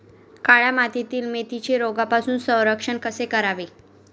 काळ्या मातीतील मेथीचे रोगापासून संरक्षण कसे करावे?